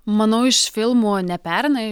manau iš filmų nepereina